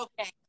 Okay